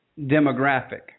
demographic